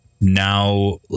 now